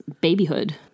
babyhood